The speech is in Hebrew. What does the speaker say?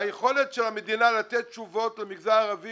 היכולת של המדינה לתת תשובות למגזר הערבי